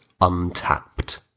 untapped